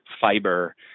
fiber